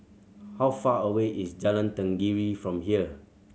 how far away is Jalan Tenggiri from here